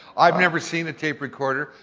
i've never seen a tape recorder.